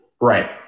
Right